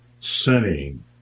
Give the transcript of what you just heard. sinning